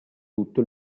tutto